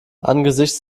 angesichts